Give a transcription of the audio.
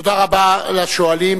תודה רבה לשואלים.